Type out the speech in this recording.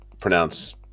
pronounce